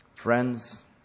Friends